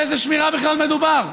על איזה שמירה בכלל מדובר?